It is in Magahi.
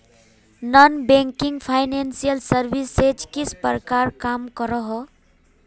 नॉन बैंकिंग फाइनेंशियल सर्विसेज किस प्रकार काम करोहो?